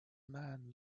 man